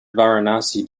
varanasi